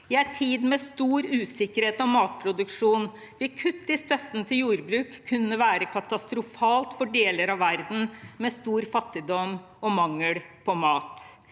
I en tid med stor usikkerhet om matproduksjon vil kutt i støtten til jordbruk kunne være katastrofalt for deler av verden med stor fattigdom og mangel på mat.